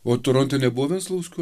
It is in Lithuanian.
o toronte nebuvo venclauskių